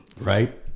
right